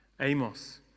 Amos